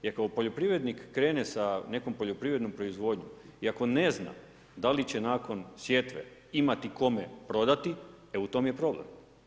Jer ako poljoprivrednik krene sa nekom poljoprivrednom proizvodnjom i ako ne zna da li će nakon svjetove imati kome prodati, e u tom je problem.